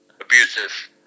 abusive